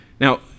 Now